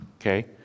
okay